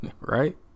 right